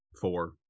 Four